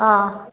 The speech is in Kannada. ಹಾಂ